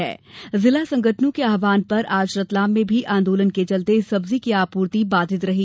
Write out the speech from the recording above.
किसान संगठनों के आहवान पर आज रतलाम में भी आंदोलन के चलते सब्जी की आपूर्ति बाधित रही